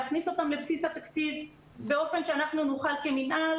להכניס אותם לבסיס התקציב באופן שאנחנו נוכל כמינהל